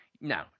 no